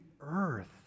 earth